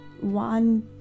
one